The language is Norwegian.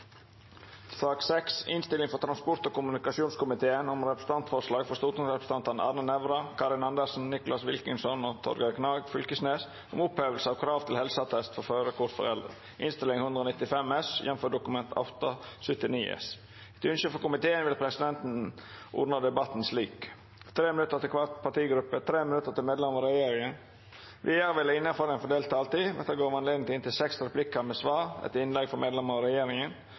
sak nr. 4. Etter ynske frå transport- og kommunikasjonskomiteen vil presidenten ordna debatten slik: 3 minutt til kvar partigruppe og 3 minutt til medlemer av regjeringa. Vidare vil det – innanfor den fordelte taletida – verta gjeve anledning til inntil seks replikkar med svar etter innlegg frå medlemer av regjeringa,